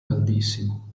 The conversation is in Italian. caldissimo